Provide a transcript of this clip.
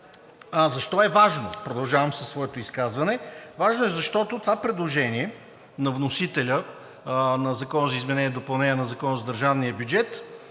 А защо е важно? Продължавам със своето изказване – важно е, защото това предложение на вносителя на Закона за изменение и допълнение на Закона за държавния бюджет